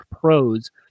pros